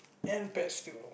and pets too